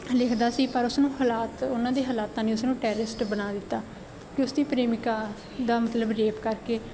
ਲਿਖਦਾ ਸੀ ਪਰ ਉਸ ਨੂੰ ਹਾਲਾਤ ਉਹਨਾਂ ਦੇ ਹਾਲਾਤਾਂ ਨੇ ਉਸਨੂੰ ਟੈਰਰਿਸਟ ਬਣਾ ਦਿੱਤਾ ਕਿ ਉਸਦੀ ਪ੍ਰੇਮਿਕਾ ਦਾ ਮਤਲਬ ਰੇਪ ਕਰਕੇ